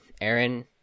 Aaron